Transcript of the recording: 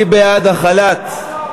מי בעד החלת, לא,